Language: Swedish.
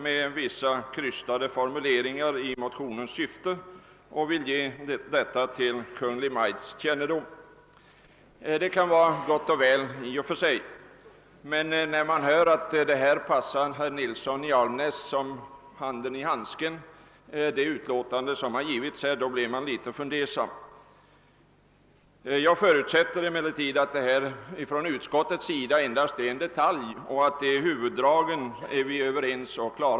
Med vissa krystade formuleringar instämmer utskottet i motionens syfte och vill ge det anförda till Kungl. Maj:ts kännedom. Det kan vara gott och väl i och för sig. Men när man hör att det utlåtande som avgivits passar herr Nilsson i Agnäs som handsken till handen, blir man litet fundersam. Jag förutsätter emellertid att utskottets ställningstagande endast är en detalj och att vi beträffande huvuddragen är överens.